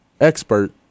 expert